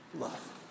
love